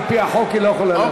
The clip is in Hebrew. על-פי החוק היא לא יכולה להצביע.